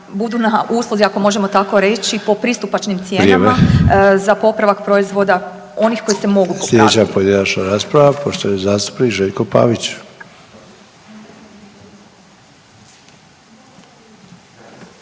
budu na usluzi ako možemo tako reći po pristupačnim cijenama za popravak proizvoda onih koji se mogu popraviti.